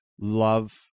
love